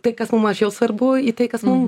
tai kas mum mažiau svarbu į tai kas mum